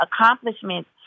accomplishments